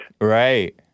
Right